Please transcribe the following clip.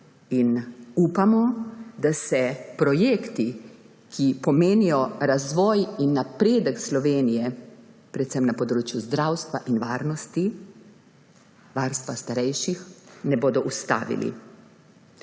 Upamo, da se projekti, ki pomenijo razvoj in napredek Slovenije predvsem na področju zdravstva in varnosti, varstva starejših, ne bodo ustavili.